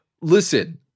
listen